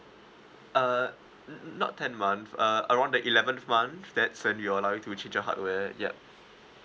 uh not tenth month uh around the eleventh month that's when we allow you to change your hardware yup